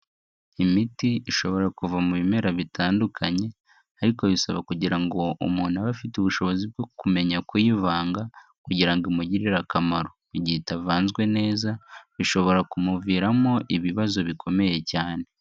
Imiti ishobora kuva mu bimera bitandukanye ariko bisaba kugira ngo umuntu abe afite ubushobozi bwo kumenya kuyivanga kugira ngo imugirire akamaro, mu gihe itavanzwe neza bishobora kumuviramo ibibazo bikomeye cyane.